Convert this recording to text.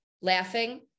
laughing